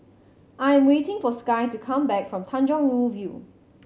I am waiting for Skye to come back from Tanjong Rhu View